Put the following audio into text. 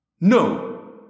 No